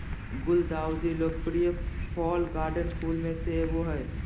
गुलदाउदी लोकप्रिय fall garden फूल में से एगो हइ